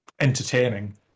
entertaining